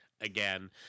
again